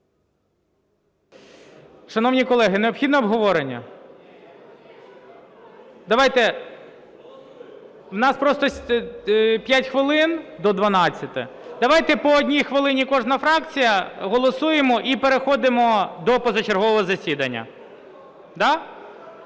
Шановні колеги, необхідне обговорення? Давайте, в нас просто 5 хвилин до 12, давайте по одній хвилині кожна фракція, голосуємо і переходимо до позачергового засідання. Так?